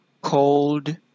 cold